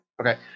Okay